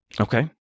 Okay